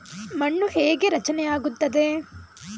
ಮಣ್ಣು ಹೇಗೆ ರಚನೆ ಆಗುತ್ತದೆ?